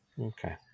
Okay